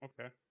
Okay